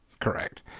Correct